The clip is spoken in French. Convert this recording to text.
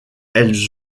elles